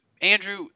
Andrew